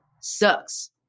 sucks